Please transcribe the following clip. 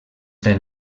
del